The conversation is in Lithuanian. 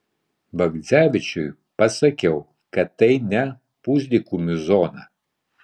bagdzevičiui pasakiau kad tai ne pusdykumių zona